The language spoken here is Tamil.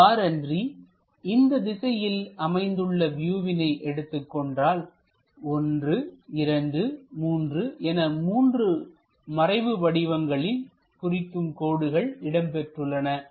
அவ்வாறன்றி இந்த திசையில் அமைந்துள்ள வியூவினை எடுத்துக்கொண்டால் 123 என மூன்று மறைவு வடிவங்களில் குறிக்கும் கோடுகள் இடம்பெற்றுள்ளன